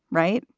right?